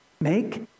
make